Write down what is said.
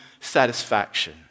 satisfaction